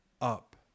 up